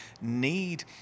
need